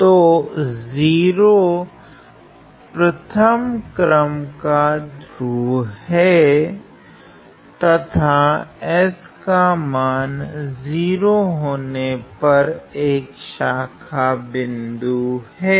तो 0 प्रथम क्रम का ध्रुव है तथा s का मान 0 होने पर एक शाखा बिन्दु है